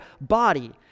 body